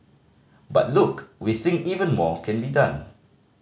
but look we think even more can be done